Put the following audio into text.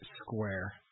square